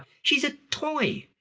she's a toy.